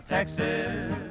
Texas